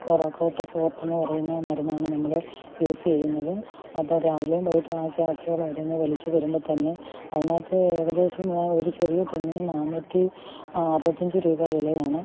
കൊറക്കോട്ട ഫോർട്ടെന്നുപറയുന്ന മരുന്നാണ് ഞങ്ങൾ യൂസ് ചെയ്യുന്നത് അപ്പം രാവിലെയും വൈകീട്ടും ഒക്കെ അസുഖം വരുമ്പം വിളിച്ചുപറയുമ്പം തന്നെ അതിനകത്ത് ഏകദേശം ഒരു ചെറിയ ടിന്നിന് നാന്നൂറ്റി അറുപത്തഞ്ച് രൂപ വിലയാണ്